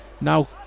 now